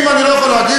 אם אני לא יכול להגיב,